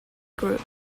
group